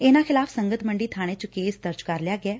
ਇਨਾਂ ਖਿਲਾਫ਼ ਸੰਗਤ ਮੰਡੀ ਬਾਣੇ ਚ ਕੇਸ ਦਰਜ ਕਰ ਲਿਆ ਗਿਐ